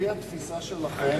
לפי התפיסה שלכם,